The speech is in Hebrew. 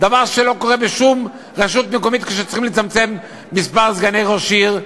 דבר שלא קורה בשום רשות מקומית כשצריכים לצמצם את מספר סגני ראש העיר,